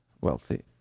wealthy